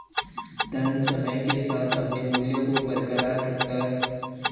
धन समय के साथ अपने मूल्य को बरकरार रखता है